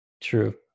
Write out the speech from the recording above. True